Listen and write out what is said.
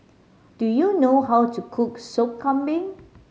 do you know how to cook Sop Kambing